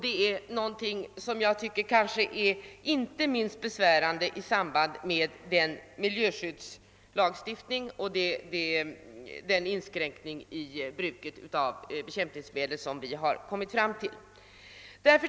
Detta är besvärande inte minst med tanke på den miljöskyddslagstiftning och den inskränkning i bruket av bekämpningsmedel som vi beslutat om.